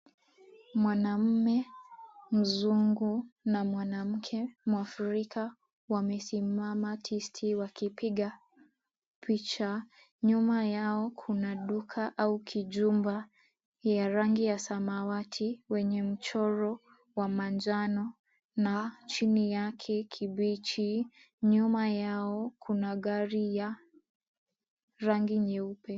Mwanamume mzungu na mwanamke mwafrika wamesimama tisti wakipiga picha. Nyuma yao kuna duka au kijumba ya rangi ya samawati, wenye mchoro wa manjano na chini yake kibichi. Nyuma yao kuna gari ya rangi nyeupe.